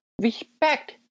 respect